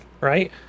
right